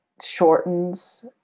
shortens